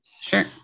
Sure